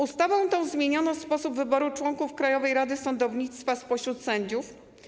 Ustawą tą zmieniono sposób wyboru członków Krajowej Rady Sądownictwa spośród sędziów.